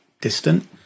distant